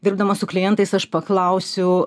dirbdama su klientais aš paklausiu